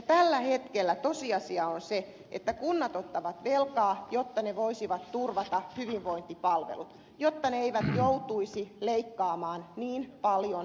tällä hetkellä tosiasia on se että kunnat ottavat velkaa jotta ne voisivat turvata hyvinvointipalvelut jotta ne eivät joutuisi leikkaamaan niin paljon palveluja